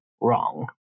wrong